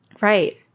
Right